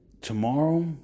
Tomorrow